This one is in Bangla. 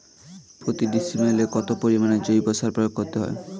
প্রতি ডিসিমেলে কত পরিমাণ জৈব সার প্রয়োগ করতে হয়?